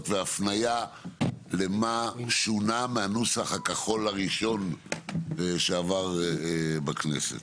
והפניה למה שונה מהנוסח הכחול הראשון שעבר בכנסת.